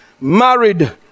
married